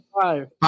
Five